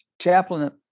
chaplain